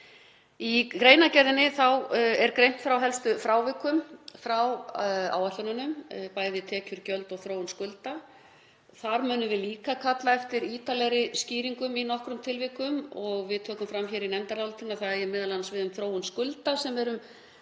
Í greinargerðinni er greint frá helstu frávikum frá áætlunum bæði tekna, gjalda og þróunar skulda. Þar munum við líka kalla eftir ítarlegri skýringum í nokkrum tilvikum og við tökum fram í nefndarálitinu að það eigi m.a. við um þróun skulda sem eru